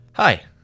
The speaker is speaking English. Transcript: Hi